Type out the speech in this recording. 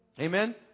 Amen